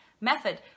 method